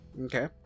okay